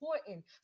important